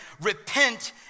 Repent